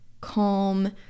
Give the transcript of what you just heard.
calm